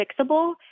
fixable